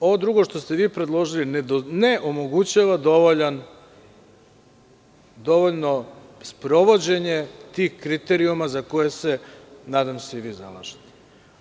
Ovo drugo što ste vi predložili ne omogućava dovoljno sprovođenje tih kriterijuma za koje se, nadam se, i vi zalažete,